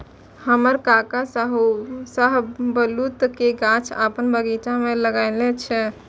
हमर काका शाहबलूत के गाछ अपन बगीचा मे लगेने छै